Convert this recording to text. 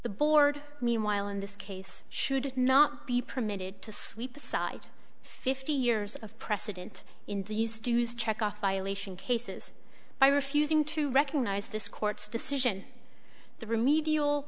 the board meanwhile in this case should not be permitted to sweep aside fifty years of precedent in these dues checkoff violation cases by refusing to recognize this court's decision the remedial